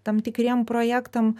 tam tikriem projektam